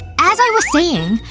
as i was saying,